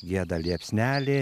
gieda liepsnelė